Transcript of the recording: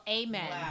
amen